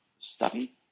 study